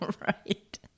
right